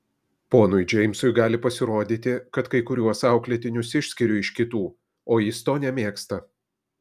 ponui džeimsui gali pasirodyti kad kai kuriuos auklėtinius išskiriu iš kitų o jis to nemėgsta